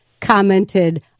commented